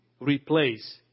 replace